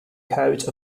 coat